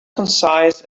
concise